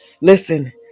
Listen